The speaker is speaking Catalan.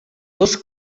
dos